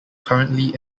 currently